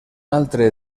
altre